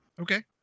Okay